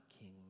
king